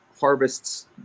harvests